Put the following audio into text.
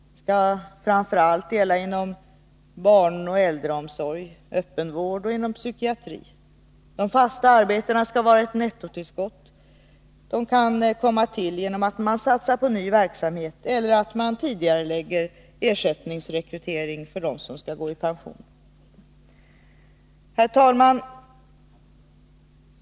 Det skall framför allt gälla inom barnoch äldreomsorg, öppenvård och psykiatri. De fasta arbetena skall vara ett nettotillskott. De kan komma till genom att man satsar på ny verksamhet eller på att man tidigarelägger ersättningsrekrytering för dem som skall gå i pension. Herr talman!